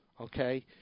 okay